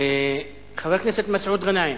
חבר הכנסת מסעוד גנאים,